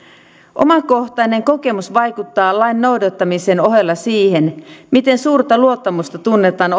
omakohtainen kokemus vaikuttaa lain noudattamisen ohella siihen miten suurta luottamusta tunnetaan